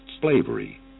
slavery